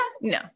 no